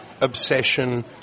obsession